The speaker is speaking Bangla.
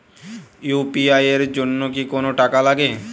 ইউ.পি.আই এর জন্য কি কোনো টাকা লাগে?